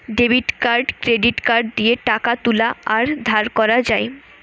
debit card credit card দিয়ে টাকা তুলা আর ধার করা যায়